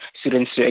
students